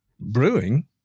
Brewing